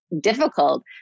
difficult